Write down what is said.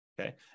Okay